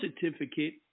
certificate